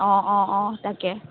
অঁ অঁ অঁ তাকে